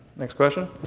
next question?